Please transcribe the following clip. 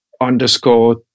underscore